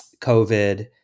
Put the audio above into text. covid